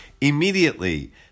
Immediately